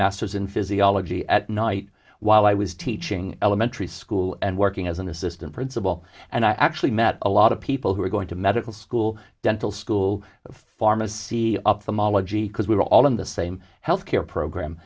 master's in physiology at night while i was teaching elementary school and working as an assistant principal and i actually met a lot of people who were going to medical school dental school pharmacy up the mala g because we were all in the same health care program